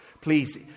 Please